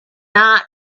not